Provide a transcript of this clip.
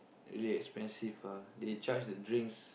really expensive ah they charge the drinks